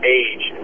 age